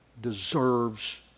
deserves